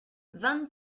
vingt